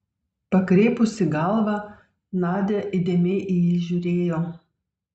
pakreipusi galvą nadia įdėmiai į jį žiūrėjo